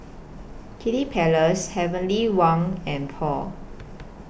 Kiddy Palace Heavenly Wang and Paul